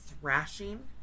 thrashing